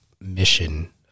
mission